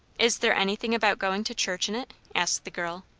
is there anything about going to church in it? asked the girl.